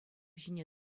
ҫине